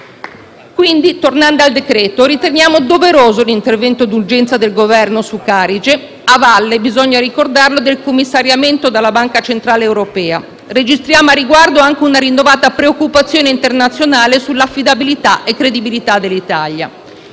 PD)*. Tornando al decreto-legge, riteniamo doveroso l'intervento di urgenza del Governo su Carige, a valle - bisogna ricordarlo - del commissariamento della Banca centrale europea. Registriamo al riguardo anche una rinnovata preoccupazione internazionale sull'affidabilità e credibilità dell'Italia.